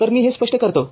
तरमी हे स्पष्ट करतो